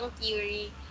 theory